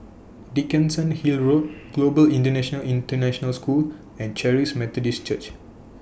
Dickenson Hill Road Global Indian International School and Charis Methodist Church